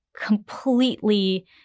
completely